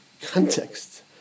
context